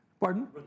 Pardon